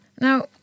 Now